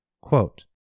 Quote